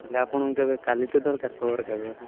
ହେଲେ ଆପଣଙ୍କୁ କେବେ କାଲିଠୁ ଦରକାର ଖବରକାଗଜ